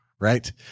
Right